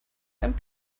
einem